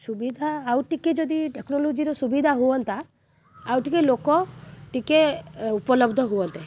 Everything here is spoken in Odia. ସୁବିଧା ଆଉ ଟିକେ ଯଦି ଟେକ୍ନୋଲୋଜିର ସୁବିଧା ହୁଅନ୍ତା ଆଉ ଟିକେ ଲୋକ ଟିକେ ଉପଲବ୍ଧ ହୁଅନ୍ତେ